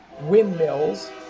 windmills